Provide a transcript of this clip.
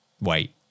wait